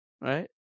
right